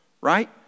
Right